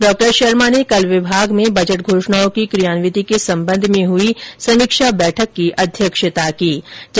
डॉ शर्मा ने कल विभाग में बजट घोषणाओं की कियांविति के संबंध में हई समीक्षा बैठक की अध्यक्षता कर रहे थे